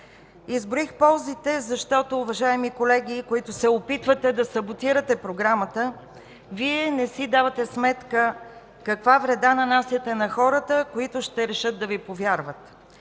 Изброих ползите, защото, уважаеми колеги, които се опитвате да саботирате програмата, Вие не си давате сметка каква вреда нанасяте на хората, които ще решат да Ви повярват.